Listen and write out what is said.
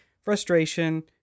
frustration